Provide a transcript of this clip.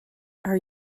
are